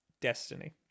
Destiny